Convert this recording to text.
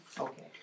okay